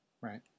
Right